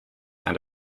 and